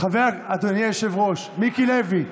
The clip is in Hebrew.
אדוני היושב-ראש מיקי לוי,